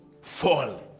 fall